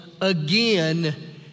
again